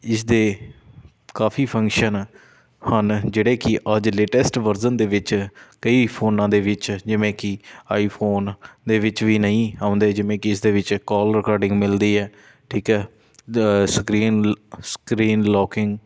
ਇਸਦੇ ਕਾਫੀ ਫੰਕਸ਼ਨ ਹਨ ਜਿਹੜੇ ਕਿ ਅੱਜ ਲੇਟੈਸਟ ਵਰਜ਼ਨ ਦੇ ਵਿੱਚ ਕਈ ਫ਼ੋਨਾਂ ਦੇ ਵਿੱਚ ਜਿਵੇਂ ਕਿ ਆਈਫ਼ੋਨ ਦੇ ਵਿੱਚ ਵੀ ਨਹੀਂ ਆਉਂਦੇ ਜਿਵੇਂ ਕਿ ਇਸ ਦੇ ਵਿੱਚ ਕੋਲ ਰਿਕਾਰਡਿੰਗ ਮਿਲਦੀ ਹੈ ਠੀਕ ਹੈ ਦ ਸਕਰੀਨ ਸਕਰੀਨ ਲੋਕਿੰਗ